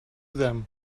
them